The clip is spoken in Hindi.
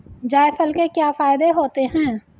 जायफल के क्या फायदे होते हैं?